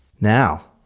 Now